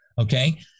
okay